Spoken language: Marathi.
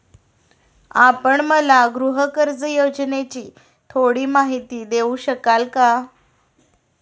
आपण मला गृहकर्ज योजनेची थोडी माहिती देऊ शकाल का?